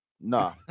Nah